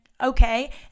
okay